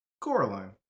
Coraline